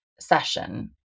session